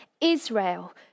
Israel